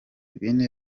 bine